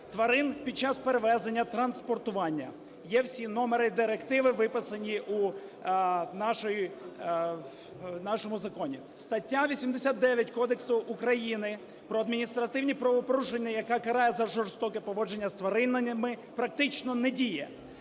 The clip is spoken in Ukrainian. тварин під час перевезення (транспортування). Є всі номери директив виписані у нашому законі. Стаття 89 Кодексу України про адміністративні правопорушення, яка карає за жорстоке поводження з тваринами практично не діє.